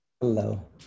Hello